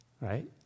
right